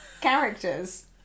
characters